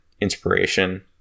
inspiration